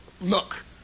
look